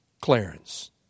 Clarence